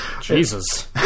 Jesus